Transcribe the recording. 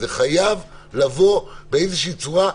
זה חייב לבוא באיזושהי צורה,